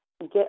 get